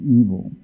evil